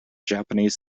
japanese